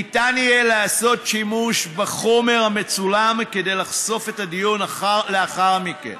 ניתן יהיה לעשות שימוש בחומר המצולם כדי לחשוף את הדיון לאחר מכן.